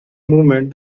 movement